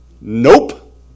Nope